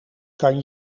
kan